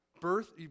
birth